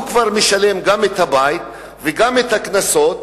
הוא כבר משלם גם את הבית וגם את הקנסות,